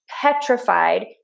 Petrified